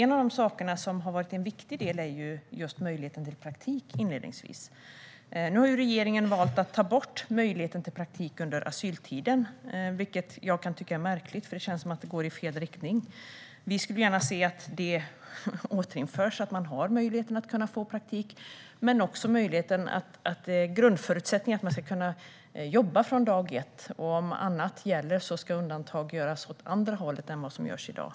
Något som har varit en viktig del är möjligheten till praktik inledningsvis. Nu har regeringen valt att ta bort möjligheten till praktik under asyltiden, vilket jag tycker är märkligt. Det känns som att det går i fel riktning. Vi skulle gärna se att man återinför möjligheten att få praktik men också möjligheten att få jobba från dag ett. Om annat gäller ska undantag göras åt ett annat håll än vad som görs i dag.